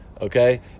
Okay